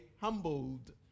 humbled